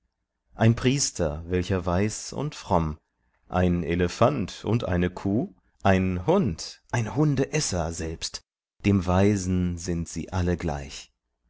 ein priester welcher weis und fromm ein elephant und eine kuh ein hund ein hundeesser selbst dem weisen sind sie alle gleich